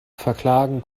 verklagen